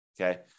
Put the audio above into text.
Okay